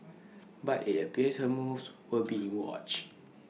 but IT appears her moves were being watched